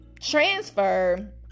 transfer